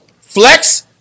Flex